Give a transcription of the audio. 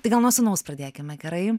tai gal nuo sūnaus pradėkime gerai